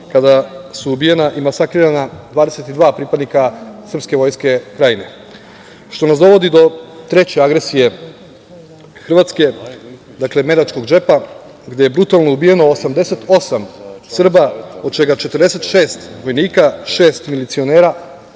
kada su ubijena i masakrirana 22 pripadnika srpske vojske Krajine, što nas dovodi do treće agresije Hrvatske, dakle Medačkog džepa, gde je brutalno ubijeno 88 Srba, od čega 46 vojnika, šest milicionera